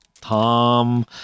tom